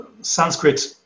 sanskrit